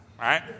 right